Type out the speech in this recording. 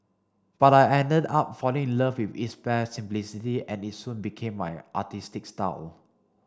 but I ended up falling in love with its bare simplicity and it soon became my artistic style